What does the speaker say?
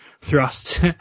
thrust